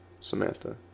Samantha